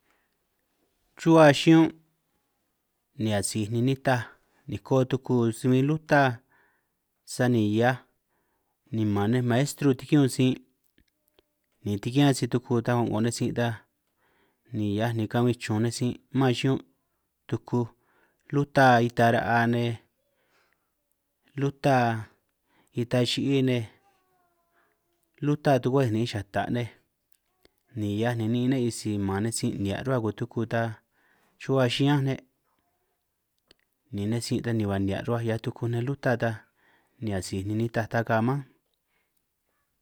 Rruhua chiñún' ni asij ni nitaj niko tuku si bin luta, sani hiaj ni man nej maestru tikiñun sin' ni tikian sij tuku ta o'ngo nej sin', ta ni hiaj ni kabin chun nej sin' man chiñún' tukuj luta ita ra'a nej, luta ita chi'i nej, luta tukuej nej chata' nej, ni hiaj ni ni'in ne' isi man nej sin' nihia rruba kutuku, ta rruhua chiñán' ne' ni nej sin' ta ni ba nihia rruba hiaj tukuj nej luta taj ni asij ni nita ta ka mánj.